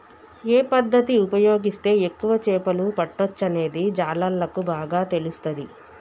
ఏ పద్దతి ఉపయోగిస్తే ఎక్కువ చేపలు పట్టొచ్చనేది జాలర్లకు బాగా తెలుస్తది